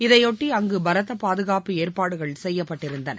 இதையொட்டி அங்கு பலத்த பாதுகாப்பு ஏற்பாடுகள் செய்யப்பட்டிருந்தன